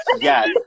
Yes